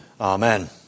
Amen